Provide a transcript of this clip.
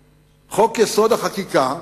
חוק-יסוד: החקיקה,